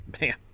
man